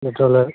petrol